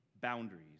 boundaries